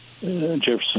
Jefferson